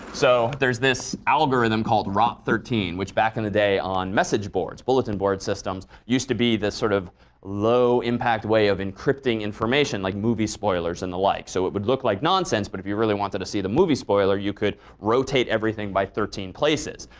so there's this algorithm called r ah o which back in the day on message boards, bulletin board systems, used to be this sort of low impact way of encrypting information like movie spoilers and the like. so it would look like nonsense but if you really wanted to see the movie spoiler you could rotate everything by thirteen places.